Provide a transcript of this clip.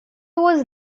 was